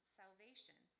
salvation